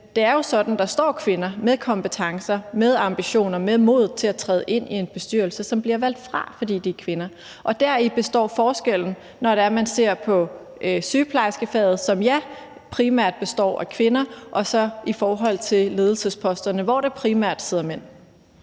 det er jo sådan, at der står kvinder med kompetencer, med ambitioner, med mod til at træde ind i en bestyrelse, som bliver valgt fra, fordi de er kvinder. Og deri består forskellen, når man ser på sygeplejerskefaget, som, ja, primært består af kvinder, i forhold til ledelsesposterne, hvor der primært sidder mænd.